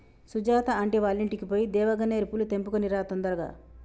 Sujatha aunty వాళ్ళింటికి పోయి దేవగన్నేరు పూలు తెంపుకొని రా తొందరగా